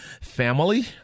family